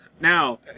Now